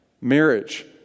Marriage